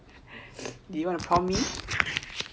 do you call to me